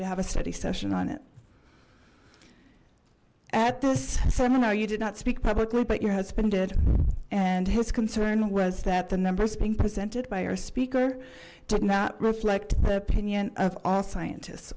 to have a study session on it at this seminar you did not speak publicly but your husband did and his concern was that the numbers being presented by our speaker did not reflect the opinion of all scientists